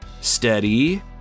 Steady